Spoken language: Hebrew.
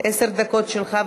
עשר דקות שלך.